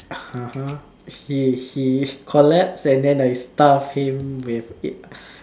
(uh huh) he he collapse and then I stuff him with it